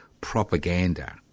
propaganda